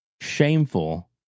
shameful